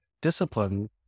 discipline